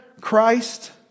Christ